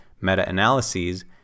meta-analyses